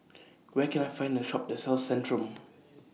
Where Can I Find The Shop that sells Centrum